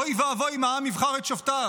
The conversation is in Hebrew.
אוי ואבוי אם העם יבחר את שופטיו,